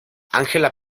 angela